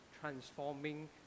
transforming